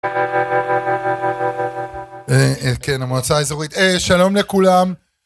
כן המועצה האזורית שלום לכולם